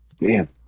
Man